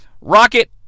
Rocket